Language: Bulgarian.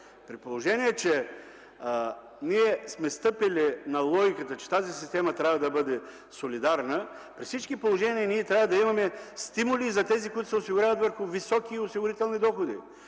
При положение, че ние сме стъпили на логиката, че тази система трябва да бъде солидарна, при всички положения ние трябва да имаме стимули за тези, които се осигуряват върху високи осигурителни доходи.